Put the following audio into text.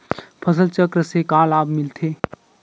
फसल चक्र से का लाभ मिलथे?